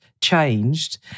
changed